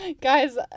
guys